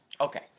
Okay